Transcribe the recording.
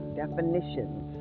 definitions